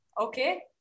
Okay